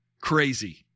Crazy